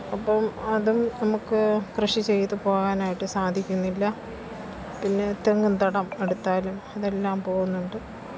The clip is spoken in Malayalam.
അപ്പം അത് നമുക്ക് കൃഷി ചെയ്തു പോകാനായിട്ട് സാധിക്കുന്നില്ല പിന്നെ തെങ്ങുംതടം എടുത്താലും ഇതെല്ലാം പോകുന്നുണ്ട്